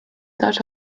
that